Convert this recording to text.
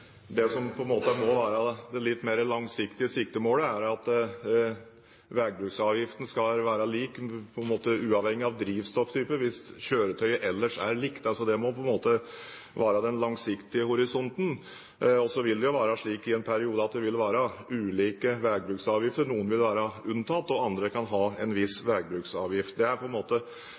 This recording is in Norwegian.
Sverige har funnet en noe annen måte å gjøre dette på enn i Norge, og kanskje at vi også kan lære av det man gjør i Sverige? Det som må være det litt mer langsiktige siktemålet, er at veibruksavgiften skal være lik uavhengig av drivstofftype hvis kjøretøyet ellers er likt. Det må på en måte være den langsiktige horisonten. Så vil det jo i en periode være slik at det er ulike veibruksavgifter, noen vil være unntatt, og andre kan ha